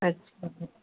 ଆଚ୍ଛା